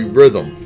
rhythm